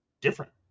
different